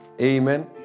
amen